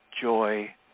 joy